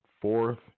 fourth